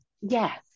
Yes